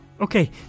okay